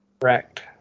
Correct